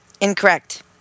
Incorrect